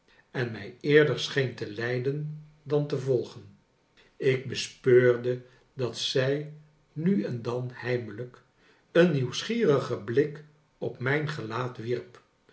en mij eerder scheen te leiden dan te volgen ik bespeurde dat zij nu en dan heimelijk een nieuwsgierigen blik op mijn gelaat wierp